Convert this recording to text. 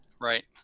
Right